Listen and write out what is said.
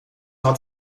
had